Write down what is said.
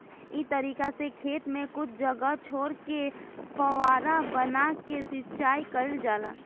इ तरीका से खेत में कुछ जगह छोर के फौवारा बना के सिंचाई कईल जाला